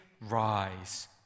rise